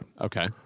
Okay